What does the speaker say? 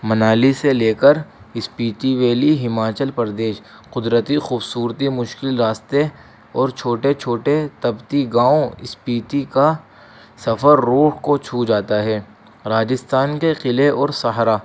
منالی سے لے کر اسپیتی ویلی ہماچل پردیش قدرتی خوبصورتی مشکل راستے اور چھوٹے چھوٹے طبتی گاؤں اسپیتی کا سفر روڈ کو چھو جاتا ہے راجستھان کے قلعے اور سہارا